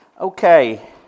okay